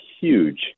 huge